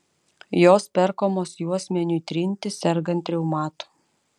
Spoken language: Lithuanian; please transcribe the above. jos perkamos juosmeniui trinti sergant reumatu